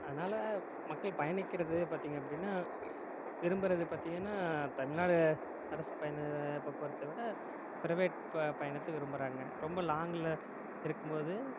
அதனால் மக்கள் பயணிக்கின்றது பார்த்தீங்க அப்படின்னா விரும்புகிறது பார்த்தீங்கன்னா தமிழ்நாடு அரசு பயண போக்குவரத்தை விட ப்ரவேட் ப பயணத்தை விரும்புகிறாங்க ரொம்ப லாங்கில் இருக்கும் போது